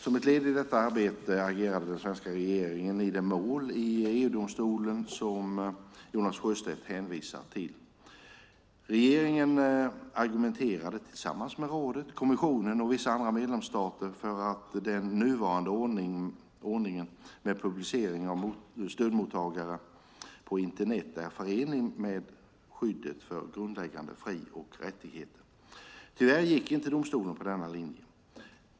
Som ett led i detta arbete agerade den svenska regeringen i det mål i EU-domstolen som Jonas Sjöstedt hänvisar till. Regeringen argumenterade, tillsammans med rådet, kommissionen och vissa andra medlemsstater, för att den nuvarande ordningen med publicering av stödmottagare på Internet är förenlig med skyddet för grundläggande fri och rättigheter. Tyvärr gick inte domstolen på denna linje.